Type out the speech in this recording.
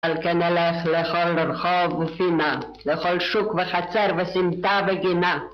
על כן הלך לכל רחוב ופינה, לכל שוק וחצר וסמטה וגינה